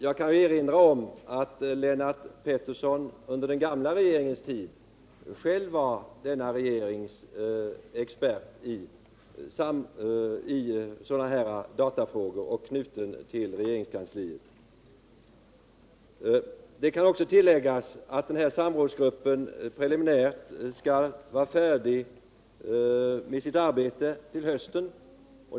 Jag kan erinra om att Lennart Pettersson under den gamla regeringens tid själv var den regeringens expert i sådana här datafrågor och knuten till regeringskansliet. Det kan också tilläggas att denna samrådsgrupp preliminärt skall vara färdig med sitt arbete till hösten.